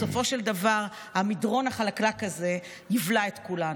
בסופו של דבר המדרון החלקלק הזה יבלע את כולנו.